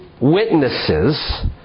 witnesses